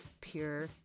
pure